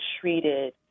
treated